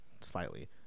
slightly